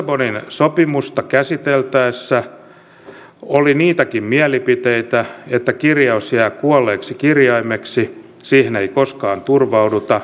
lissabonin sopimusta käsiteltäessä oli niitäkin mielipiteitä että kirjaus jää kuolleeksi kirjaimeksi siihen ei koskaan turvauduta